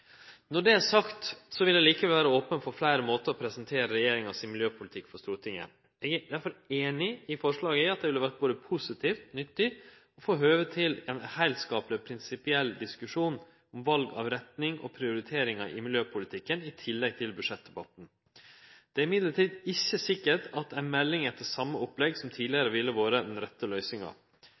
Når det er sagt, vil eg likevel vere open for fleire måtar å presentere regjeringas miljøpolitikk på for Stortinget. Eg er derfor einig i forslaget om at det ville vore både positivt og nyttig å få høve til ein heilskapleg og prinsipiell diskusjon om val av retning og prioriteringar i miljøpolitikken, i tillegg til budsjettdebatten. Det er likevel ikkje sikkert at ei melding etter same opplegg som tidlegare, vil vere den rette løysinga.